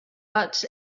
but